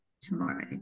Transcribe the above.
Tomorrow